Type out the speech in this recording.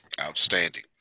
Outstanding